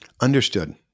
Understood